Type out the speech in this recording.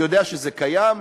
אני יודע שזה קיים,